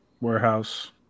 warehouse